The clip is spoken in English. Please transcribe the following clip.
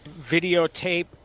videotape